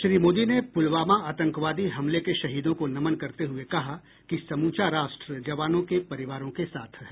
श्री मोदी ने पुलवामा आतंकवादी हमले के शहीदों को नमन करते हुए कहा कि समूचा राष्ट्र जवानों के परिवारों के साथ है